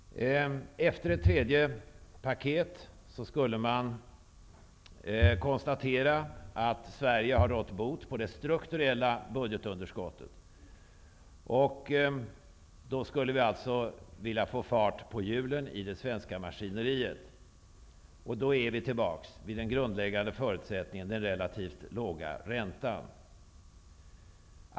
Efter ett tredje paket skulle man konstatera att Sverige har rått bot på det strukturella budgetunderskottet. Då skulle vi få fart på hjulen i det svenska maskineriet. Då är vi tillbaka vid den grundläggande förutsättningen, den relativt låga räntan.